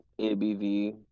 ABV